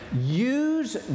Use